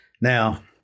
Now